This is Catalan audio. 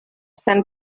sant